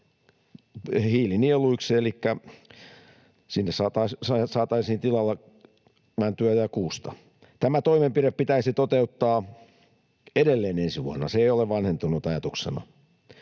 hiilinieluiksi, elikkä sinne saataisiin tilalle mäntyä ja kuusta. Tämä toimenpide pitäisi toteuttaa edelleen ensi vuonna. Se ei ole vanhentunut ajatuksena.